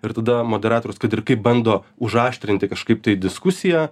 ir tada moderatorius kad ir kaip bando užaštrinti kažkaip tai diskusiją